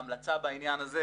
המלצתנו בעניין זה